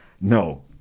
No